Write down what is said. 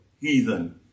heathen